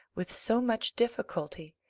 with so much difficulty,